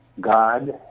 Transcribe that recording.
God